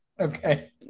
okay